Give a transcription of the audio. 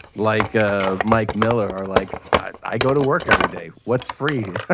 like ah mike miller or, like, i go to work every day. what's free?